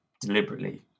deliberately